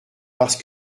parce